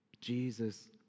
Jesus